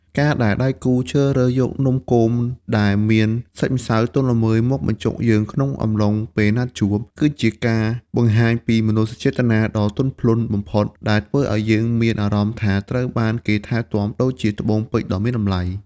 ការដែលដៃគូជ្រើសរើសយកនំគមដែលមានសាច់ម្សៅទន់ល្មើយមកបញ្ចុកយើងក្នុងអំឡុងពេលណាត់ជួប គឺជាការបង្ហាញពីមនោសញ្ចេតនាដ៏ទន់ភ្លន់បំផុត ដែលធ្វើឱ្យយើងមានអារម្មណ៍ថាត្រូវបានគេថែទាំដូចជាត្បូងពេជ្រដ៏មានតម្លៃ។